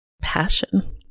passion